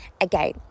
Again